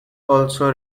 also